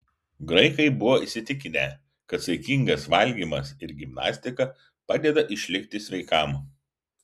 graikai buvo įsitikinę kad saikingas valgymas ir gimnastika padeda išlikti sveikam